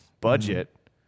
Budget